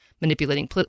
manipulating